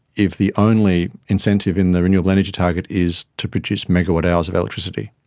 if the only incentive in the renewable energy target is to produce megawatt hours of electricity.